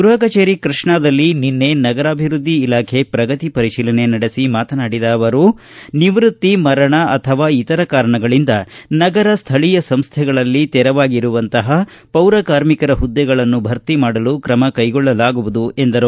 ಗೃಪ ಕಚೇರಿ ಕೃಷ್ಣಾದಲ್ಲಿ ನಿನ್ನೆ ನಗರಾಭಿವ್ಯದ್ಧಿ ಇಲಾಖೆ ಪ್ರಗತಿ ಪರಿಶೀಲನೆ ನಡೆಸಿ ಮಾತನಾಡಿದ ಅವರು ನಿವ್ಯಕ್ತಿ ಮರಣ ಅಥವಾ ಇತರ ಕಾರಣಗಳಿಂದ ನಗರ ಸ್ಥಳೀಯ ಸಂಸ್ಥೆಗಳಲ್ಲಿ ತೆರವಾಗಿರುವಂತಪ ಪೌರಕಾರ್ಮಿಕರ ಹುದ್ದೆಗಳನ್ನು ಭರ್ತಿ ಮಾಡಲು ಕ್ರಮ ಕೈಗೊಳ್ಳಲಾಗುವುದು ಎಂದರು